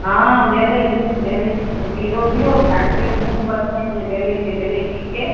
हँ भेलै मूँग भेलै रौदी टा भेलै तैओ जे भेलै से भेलै